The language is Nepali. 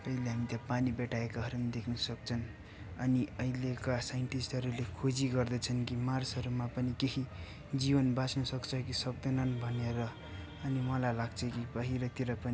कहिले हामी त्यहाँ पानी भेटाएकाहरू नि देख्न सक्छन् अनि अहिलेका साइन्टिस्टहरूले खोजी गर्दैछन् कि मार्सहरूमा पनि केही जिवन बाँच्नु सक्छ कि सक्दैनन् भनेर अनि मलाई लाग्छ कि बाहिरतिर पनि